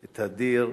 את הדיר,